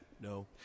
No